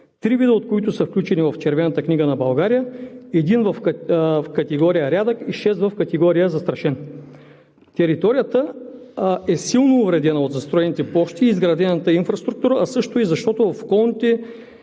три вида от които са включени в Червената книга на България – един в категория „Рядък“ и шест в категория „Застрашен“. Територията е силно увредена от застроените площи и изградената инфраструктура, а и защото в околностите